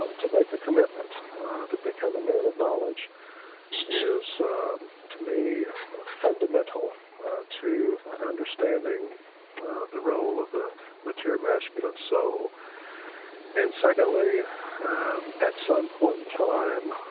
ah to make a commitment to become a man of knowledge is to me fundamental to understanding the role of the mature masculine, so and secondly at some point in time,